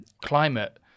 climate